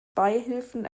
beihilfen